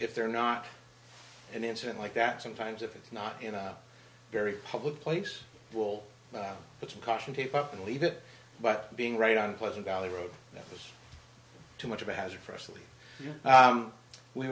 if they're not an incident like that sometimes if it's not in a very public place will put some caution tape up and leave it but being right on pleasant valley road that was too much of a hazard